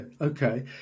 okay